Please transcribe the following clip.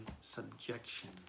subjection